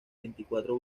veinticuatro